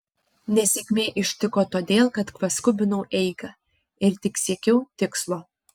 nesėkmė ištiko todėl kad paskubinau eigą ir tik siekiau tikslo